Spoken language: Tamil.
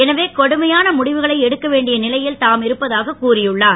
எனவே கடுமையான முடிவுகளை எடுக்கவேண்டிய நிலையில் நாம் இருப்பதாகக் கூறியுள்ளார்